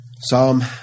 Psalm